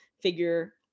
figure